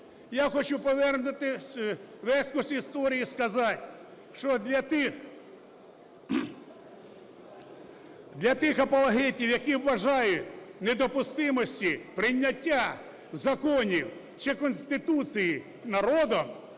Я хочу повернутися в екскурс історії і сказати, що для тих апологетів, які вважають недопустимості прийняття законів чи Конституції народом